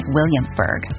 Williamsburg